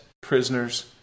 prisoners